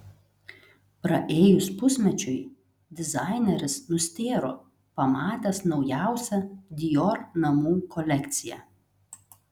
praėjus pusmečiui dizaineris nustėro pamatęs naujausią dior namų kolekciją